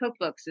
cookbooks